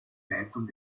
leitung